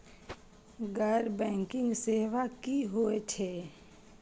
गैर बैंकिंग सेवा की होय छेय?